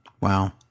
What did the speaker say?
Wow